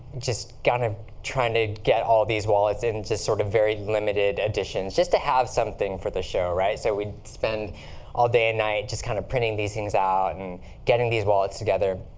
just kind of trying to get all these wallets in just sort of very limited editions, just to have something for the show, right? so we'd spend all day and night just kind of printing these things out and getting these wallets together.